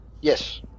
Yes